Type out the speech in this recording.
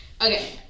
okay